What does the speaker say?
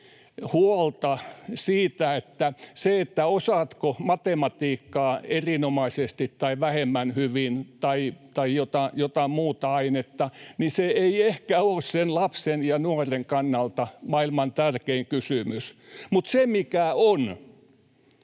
huolta siitä, että se, osaatko matematiikkaa erinomaisesti tai vähemmän hyvin tai jotain muuta ainetta, niin ei ehkä ole sen lapsen ja nuoren kannalta maailman tärkein kysymys, mutta se, mikä on,